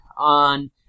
On